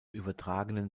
übertragenen